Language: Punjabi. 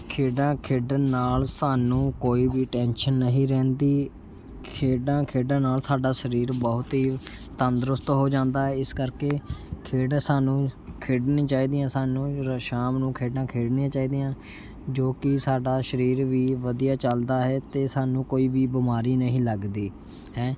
ਖੇਡਾਂ ਖੇਡਣ ਨਾਲ਼ ਸਾਨੂੰ ਕੋਈ ਵੀ ਟੈਂਸ਼ਨ ਨਹੀਂ ਰਹਿੰਦੀ ਖੇਡਾਂ ਖੇਡਣ ਨਾਲ਼ ਸਾਡਾ ਸਰੀਰ ਬਹੁਤ ਹੀ ਤੰਦਰੁਸਤ ਹੋ ਜਾਂਦਾ ਏ ਇਸ ਕਰਕੇ ਖੇਡ ਸਾਨੂੰ ਖੇਡਣੀ ਚਾਹੀਦੀਆਂ ਸਾਨੂੰ ਸ਼ਾਮ ਨੂੰ ਖੇਡਾਂ ਖੇਡਣੀਆਂ ਚਾਹੀਦੀਆਂ ਜੋ ਕਿ ਸਾਡਾ ਸਰੀਰ ਵੀ ਵਧੀਆ ਚੱਲਦਾ ਹੈ ਅਤੇ ਸਾਨੂੰ ਕੋਈ ਵੀ ਬਿਮਾਰੀ ਨਹੀਂ ਲੱਗਦੀ ਹੈਂ